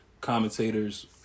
commentators